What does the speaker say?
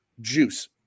Juice